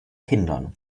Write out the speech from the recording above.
kindern